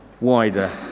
wider